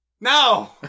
No